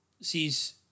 sees